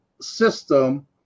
system